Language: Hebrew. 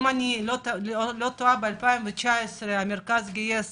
אם אני לא טועה ב-2019 המרכז גייס